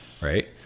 Right